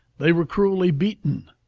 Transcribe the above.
they were cruelly beaten,